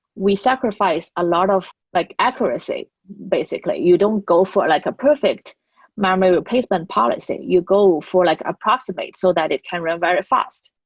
we sacrifice a lot of like accuracy basically. you don't go for like a perfect memory replacement policy. you go for like approximate so that it can run very fast.